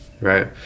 right